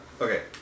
okay